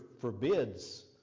forbids